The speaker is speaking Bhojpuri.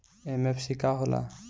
एम.एफ.सी का होला?